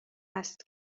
است